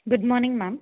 good morning ma'am